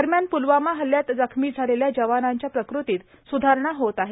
दरम्यान प्लवामा हल्यात जखमी झालेल्या जवानाच्या प्रकृतीत स्धरणा होत आहे